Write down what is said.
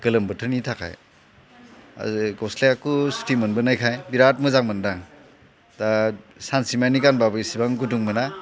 गोलोम बोथोरनि थाखाय ओरै गस्लाखौ सुथि मोनबोनायखाय बिराद मोजां मोनदों आं दा सानसे मानि गानबाबो इसेबां गुदुं मोना